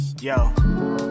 Yo